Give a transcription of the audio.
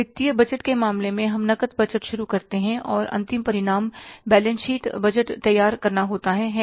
वित्तीय बजट के मामले में हम नकद बजट शुरू करते है और अंतिम परिणाम बैलेंस शीट बजट तैयार करना होता है है ना